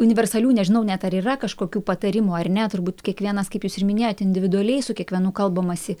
universalių nežinau net ar yra kažkokių patarimų ar ne turbūt kiekvienas kaip jūs ir minėjot individualiai su kiekvienu kalbamasi